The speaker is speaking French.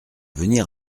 venir